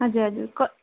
हजुर हजुर क